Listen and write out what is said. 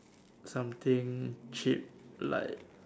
something cheap like